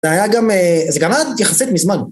זה היה גם, זה גם היה יחסית מזמן.